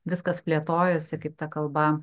viskas plėtojosi kaip ta kalba